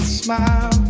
smile